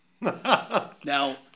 Now